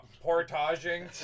portaging